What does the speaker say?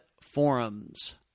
forums